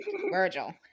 Virgil